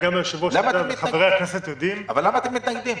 גם היושב-ראש וחברי הכנסת יודעים --- למה אתם מתנגדים?